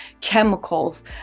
chemicals